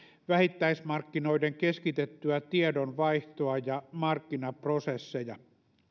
vähittäismarkkinoiden keskitettyä tiedonvaihtoa ja markkinaprosesseja